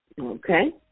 Okay